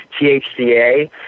THCA